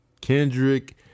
Kendrick